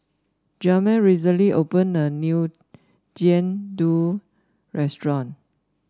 Jamir recently opened a new Jian Dui restaurant